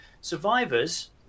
Survivors